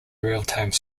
realtime